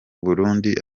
burundi